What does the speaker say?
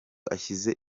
ashyize